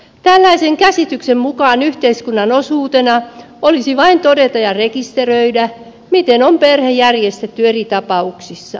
tällaisen käsityksen mukaan yhteiskunnan osuutena olisi vain todeta ja rekisteröidä miten on perhe järjestetty eri tapauksissa